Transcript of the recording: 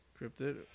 Cryptid